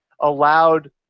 allowed